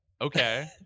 Okay